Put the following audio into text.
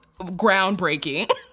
groundbreaking